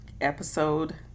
episode